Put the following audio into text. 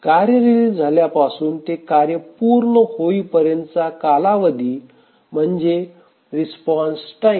कार्य रिलीज झाल्यापासून ते कार्य पूर्ण होईपर्यंत चा कालावधी म्हणजे रिस्पॉन्स टाईम